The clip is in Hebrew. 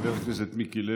חבר הכנסת מיקי לוי,